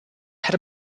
had